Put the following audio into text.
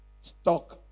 stock